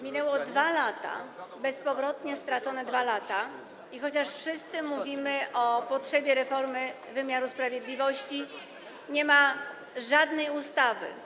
Minęły 2 lata, bezpowrotnie stracone 2 lata, i chociaż wszyscy mówimy o potrzebie reformy wymiaru sprawiedliwości, nie ma żadnej ustawy.